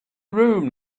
room